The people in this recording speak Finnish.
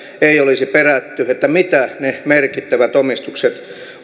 ei olisi perätty mitä ne merkittävät omistukset